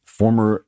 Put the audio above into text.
former